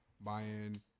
buying